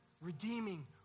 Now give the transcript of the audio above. Redeeming